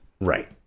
Right